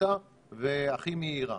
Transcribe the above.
הפשוטה והכי מהירה.